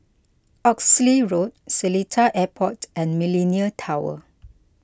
Oxley Road Seletar Airport and Millenia Tower